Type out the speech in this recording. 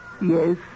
Yes